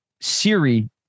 Siri